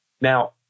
Now